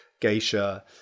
geisha